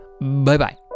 bye-bye